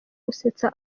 gusetsa